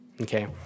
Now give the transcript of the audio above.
Okay